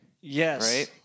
Yes